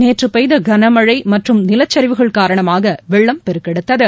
நேற்றுபெய்தகனமழைமற்றும் நிலச்சரிவுகள் காரணமாகவெள்ளம் பெருக்கெடுத்தது